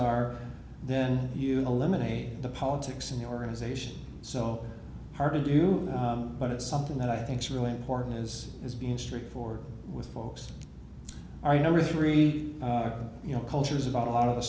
are then you eliminate the politics in the organization so hard to do but it's something that i think's really important as is being straightforward with folks our number three you know cultures about a lot of the